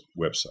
website